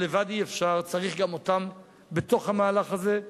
אבל לבד אי-אפשר, צריך גם אותם בתוך המהלך הזה.